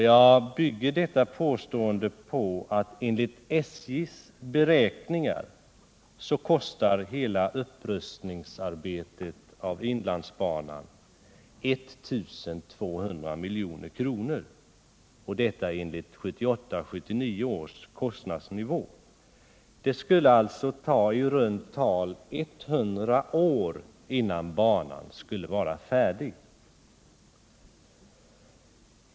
Jag bygger detta påstående på att enligt SJ:s beräkningar kostar hela arbetet med upprustning av inlandsbanan 1 200 milj.kr. med 1978/79 års kostnadsnivå. Det skulle alltså ta i runt tal 100 år innan banan skulle vara färdig.